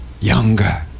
younger